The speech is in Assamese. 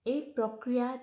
এই প্ৰক্ৰিয়াত